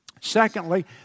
Secondly